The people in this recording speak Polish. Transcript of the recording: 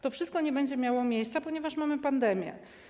To wszystko nie będzie miało miejsca, ponieważ jest pandemia.